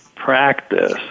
practice